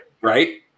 Right